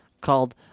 called